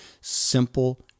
Simple